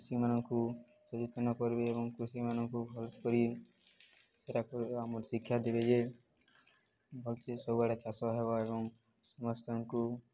କୃଷିମାନଙ୍କୁ ସଚେତନ କରିବେ ଏବଂ କୃଷିମାନଙ୍କୁ ଭଲସେ କରି ଏଟାକ ଆମର ଶିକ୍ଷା ଦେବେ ଯେ ଭଲ ସେ ସବୁଆଡ଼େ ଚାଷ ହେବ ଏବଂ ସମସ୍ତଙ୍କୁ